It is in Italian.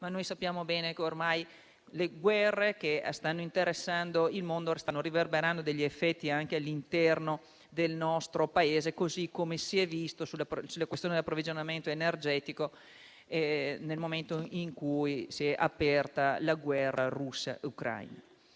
Ma noi sappiamo bene che ormai le guerre che stanno interessando il mondo stanno riverberando i propri effetti anche all'interno del nostro Paese, così come si è visto nell'ambito delle questioni di approvvigionamento energetico, nel momento in cui è scoppiata la guerra russo-ucraina.